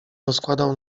rozkładał